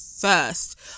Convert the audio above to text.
first